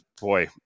boy